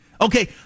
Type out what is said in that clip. Okay